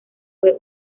fue